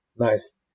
Nice